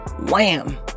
wham